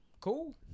cool